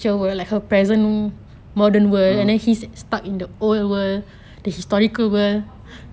a'ah